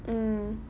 mm